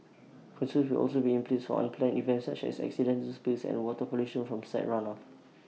controls will also be in place unplanned events such as accidental spills and water pollution from site run off